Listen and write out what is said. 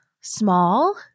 small